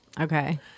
Okay